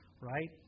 Right